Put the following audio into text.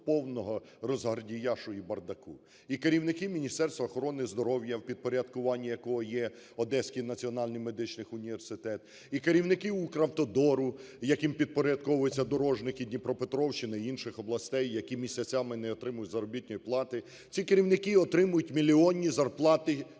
повного розгардіяшу і бардаку. І керівники Міністерства охорони здоров'я, в підпорядкуванні якого є Одеський національний медичний університет, і керівники Укравтодору, яким підпорядковуються дорожники Дніпропетровщини і інших областей, які місяцями не отримують заробітної плати. Ці керівники отримують мільйонні зарплати щомісяця